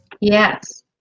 Yes